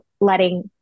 letting